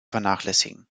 vernachlässigen